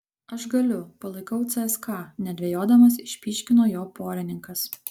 aš galiu palaikau cska nedvejodamas išpyškino jo porininkas